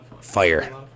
Fire